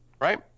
right